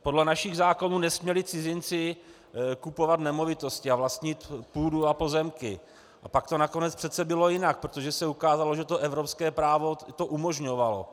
Podle našich zákonů nesměli cizinci kupovat nemovitosti a vlastnit půdu a pozemky, a pak to nakonec přece bylo jinak, protože se ukázalo, že to evropské právo umožňovalo.